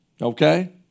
Okay